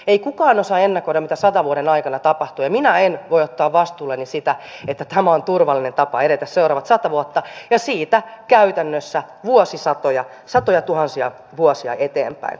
ei kukaan osaa ennakoida mitä sadan vuoden aikana tapahtuu ja minä en voi ottaa vastuulleni sitä että tämä on turvallinen tapa edetä seuraavat sata vuotta ja siitä käytännössä vuosisatoja satojatuhansia vuosia eteenpäin